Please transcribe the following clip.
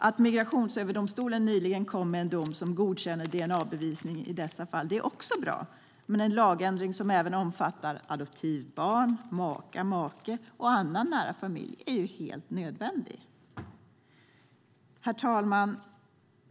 Att Migrationsöverdomstolen nyligen kom med en dom som godkänner dna-bevisning i dessa fall är också bra, men en lagändring som även omfattar adoptivbarn, maka, make och annan nära familj är ju helt nödvändig. Herr talman!